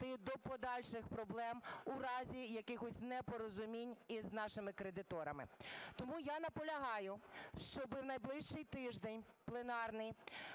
дякую.